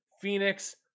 Phoenix